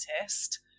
artist